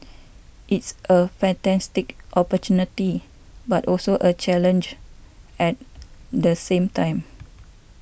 it's a fantastic opportunity but also a challenge at the same time